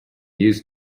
used